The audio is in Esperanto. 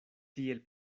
tiel